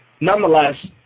nonetheless